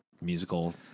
musical